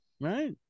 Right